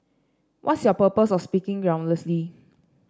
what's your purpose of speaking groundlessly